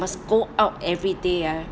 must go out everyday ah